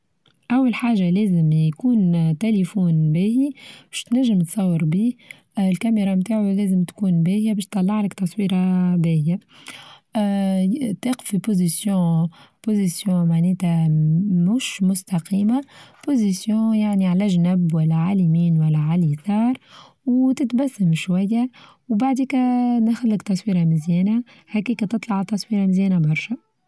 أول حاچة لازم يكون تليفون باهى باش تنچم تصاور بيه الكاميرا متاعو لازم تكون باهية باش تطلعلك تصويرة باهية، آآ تقف في بوسيزيو-بوسيزيو معناتها مش مستقيمة بوسيزيو يعني على جنب ولا عاليمين ولا عاليسار وتتبسم شوية وبعديكا نخدلك تصويرة مزيانة هكيكا تطلع تصويرة مزيانا برشا.